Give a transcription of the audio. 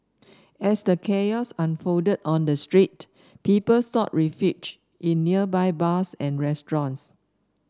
as the chaos unfolded on the street people sought refuge in nearby bars and restaurants